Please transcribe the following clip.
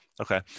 okay